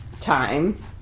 time